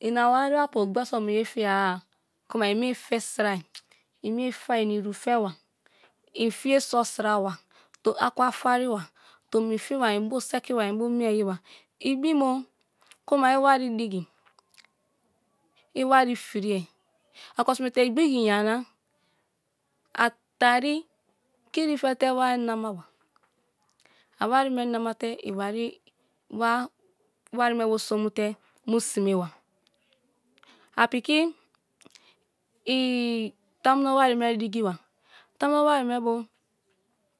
Ina wari apu gboro mu ye fiya kuma imie fè stai i mie feai ini uru fewa, in fiye so̠ sra wa akwa fari ba, tomi fi wa inbo seki wa inbo mie ye ba ibimo, ku ma awari digi, iwari furie, aroko sime te igbigi yama a tari kiri fe te wari namaba wa wari me bu so̠mute̠ mu sime ba, a piki tamuno wari me digiba, tamuno wari mebu